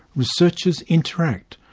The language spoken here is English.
researchers interact.